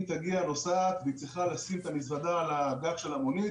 אם תגיע נוסעת והיא צריכה לשים את המזוודה על הגג של המונית